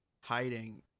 hiding